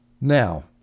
Now